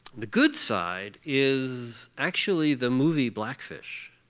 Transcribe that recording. the good side is actually the movie blackfish,